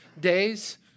days